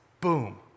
Boom